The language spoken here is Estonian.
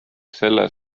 selle